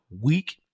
Weak